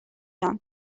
جان